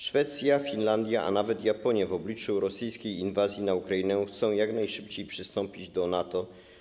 Szwecja, Finlandia, a nawet Japonia w obliczu rosyjskiej inwazji na Ukrainę chcą jak najszybciej przystąpić do NATO.